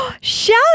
Shout